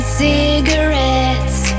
cigarettes